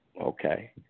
Okay